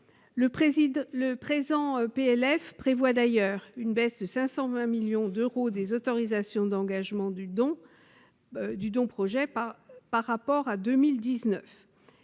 pour 2020 prévoit d'ailleurs une baisse de 520 millions d'euros des autorisations d'engagement du don-projet par rapport à 2019.